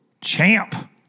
Champ